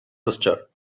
sister